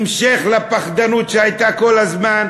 המשך לפחדנות שהייתה כל הזמן.